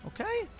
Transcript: Okay